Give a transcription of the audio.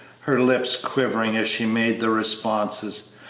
her lips quivering as she made the responses,